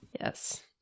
Yes